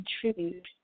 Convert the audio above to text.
contribute